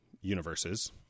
universes